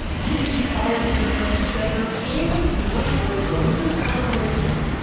you can be fired if you're transgender and you work for a religious corporation.